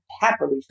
happily